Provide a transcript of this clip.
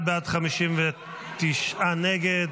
51 בעד, 59 נגד.